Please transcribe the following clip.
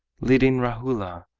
leading rahula,